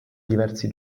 diversi